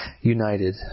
united